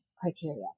criteria